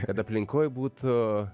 kad aplinkoj būtų